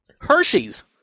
Hershey's